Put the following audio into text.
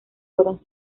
fueron